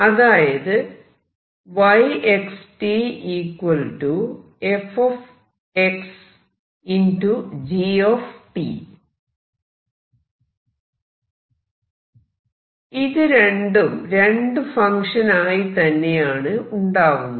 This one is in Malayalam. അതായത് ഇത് രണ്ടും രണ്ടു ഫങ്ക്ഷൻ ആയി തന്നെയാണ് ഉണ്ടാവുന്നത്